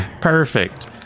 Perfect